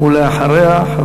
ולאחריה,